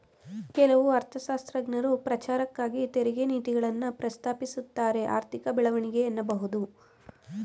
ಕೆಲವು ಅರ್ಥಶಾಸ್ತ್ರಜ್ಞರು ಪ್ರಚಾರಕ್ಕಾಗಿ ತೆರಿಗೆ ನೀತಿಗಳನ್ನ ಪ್ರಸ್ತಾಪಿಸುತ್ತಾರೆಆರ್ಥಿಕ ಬೆಳವಣಿಗೆ ಎನ್ನಬಹುದು